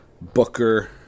Booker